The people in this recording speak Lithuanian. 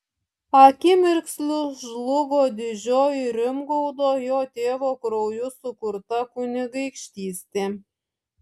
akimirksniu žlugo didžioji rimgaudo jo tėvo krauju sukurta kunigaikštystė